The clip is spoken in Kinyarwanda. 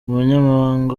umunyamabanga